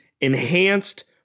enhanced